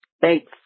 Thanks